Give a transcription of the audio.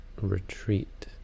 Retreat